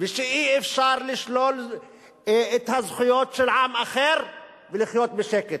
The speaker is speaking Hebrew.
ושאי-אפשר לשלול את הזכויות של עם אחר ולחיות בשקט.